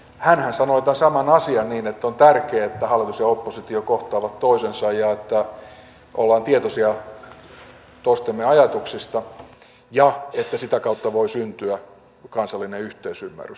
hänhän sanoi tämän saman asian niin että on tärkeätä että hallitus ja oppositio kohtaavat toisensa ja että olemme tietoisia toistemme ajatuksista ja että sitä kautta voi syntyä kansallinen yhteisymmärrys